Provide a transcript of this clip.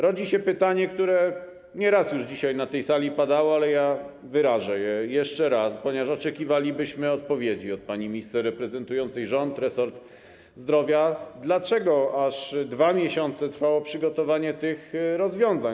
Rodzi się pytanie, które nie raz już dzisiaj na tej sali padało, ale wyrażę je jeszcze raz, ponieważ oczekiwalibyśmy odpowiedzi od pani minister reprezentującej rząd, resort zdrowia: Dlaczego aż 2 miesiące trwało przygotowanie tych rozwiązań?